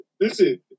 Listen